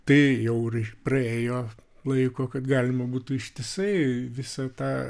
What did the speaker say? tai jau ir praėjo laiko kad galima būtų ištisai visą tą